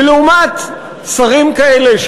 ולעומת שרים כאלה,